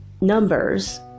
numbers